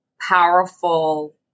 powerful